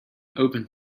open